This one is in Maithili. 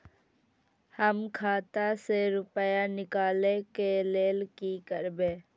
हम खाता से रुपया निकले के लेल की करबे?